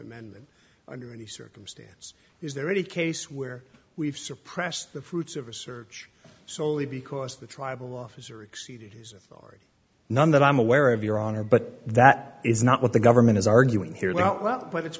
amendment under any circumstance is there any case where we've suppressed the fruits of a search solely because of the tribal officer exceeded his authority none that i'm aware of your honor but that is not what the government is arguing here well